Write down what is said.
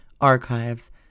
archives